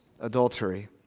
adultery